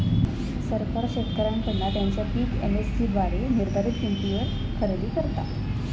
सरकार शेतकऱ्यांकडना त्यांचा पीक एम.एस.सी द्वारे निर्धारीत किंमतीवर खरेदी करता